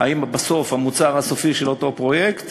אם בסוף המוצר הסופי של אותו פרויקט